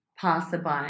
passerby